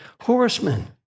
horsemen